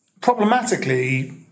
problematically